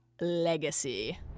legacy